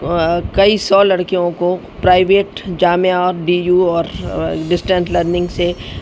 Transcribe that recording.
کئی سو لڑکیوں کو پرائیویٹ جامعہ اور ڈی یو اور ڈسٹینس لرننگ سے